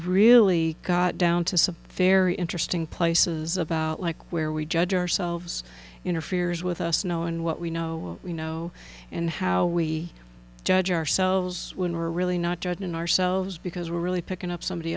really got down to support very interesting places about like where we judge ourselves interferes with us now and what we know you know and how we judge ourselves when we're really not judged in ourselves because we're really picking up somebody